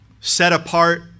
set-apart